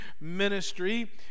ministry